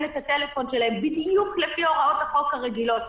את הטלפון שלהם בדיוק לפי הוראות החוק הרגילות.